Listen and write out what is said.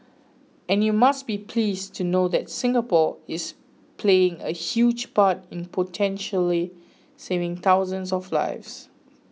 and you must be pleased to know that Singapore is playing a huge part in potentially saving thousands of lives